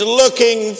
looking